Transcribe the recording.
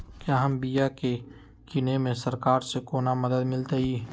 क्या हम बिया की किने में सरकार से कोनो मदद मिलतई?